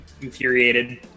infuriated